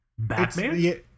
Batman